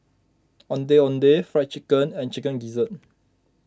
Ondeh Ondeh Fried Chicken and Chicken Gizzard